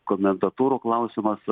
komendantūrų klausimas